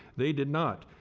they did not.